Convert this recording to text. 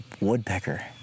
woodpecker